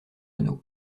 renaud